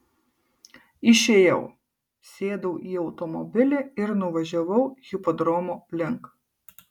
išėjau sėdau į automobilį ir nuvažiavau hipodromo link